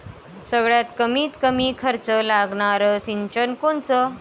सगळ्यात कमीत कमी खर्च लागनारं सिंचन कोनचं?